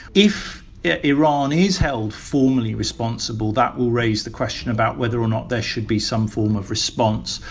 if iran is held formally responsible, that will raise the question about whether or not there should be some form of response,